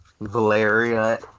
Valeria